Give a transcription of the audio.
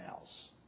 else